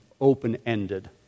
open-ended